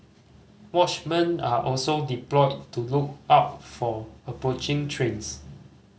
watchmen are also deployed to look out for approaching trains